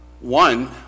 one